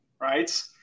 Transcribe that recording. right